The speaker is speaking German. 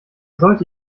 sollte